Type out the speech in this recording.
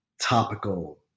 topical